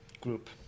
group